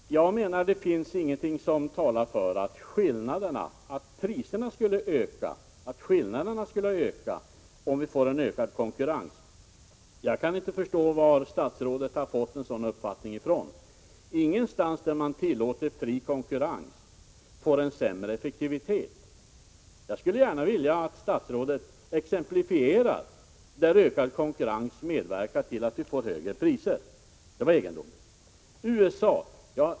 Herr talman! Jag menar att det inte finns någonting som talar för att priserna och prisskillnaderna skulle öka om vi fick en ökad konkurrens. Jag kan inte förstå varifrån statsrådet har fått en sådan uppfattning. Ingenstans där man tillåter fri konkurrens får man sämre effektivitet. Jag skulle gärna vilja att statsrådet exemplifierade var ökad konkurrens medverkat till högre priser.